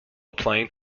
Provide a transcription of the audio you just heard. applying